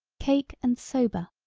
cake and sober,